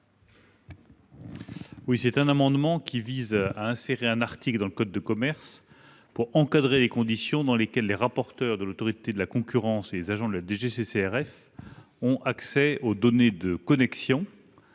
Cet amendement vise à insérer un article dans le code de commerce pour encadrer les conditions dans lesquelles les rapporteurs de l'Autorité de la concurrence et les agents de la DGCCRF ont accès aux données de connexion,